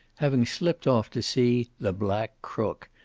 having slipped off to see the black crook,